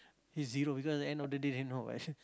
is zero because end of they day